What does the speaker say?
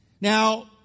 Now